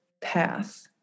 path